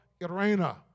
Irena